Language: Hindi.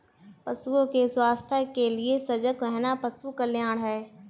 पशुओं के स्वास्थ्य के लिए सजग रहना पशु कल्याण है